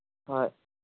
ꯍꯣꯏ